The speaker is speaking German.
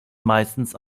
meistens